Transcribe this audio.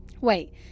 wait